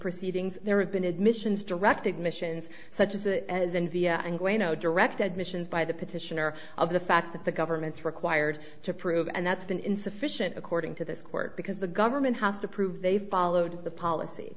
proceedings there have been admissions directed missions such as it as india and way no direct admissions by the petitioner of the fact that the government's required to prove and that's been insufficient according to this court because the government has to prove they followed the policy